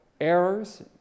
errors